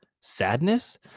sadness